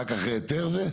רק אחרי היתר זה?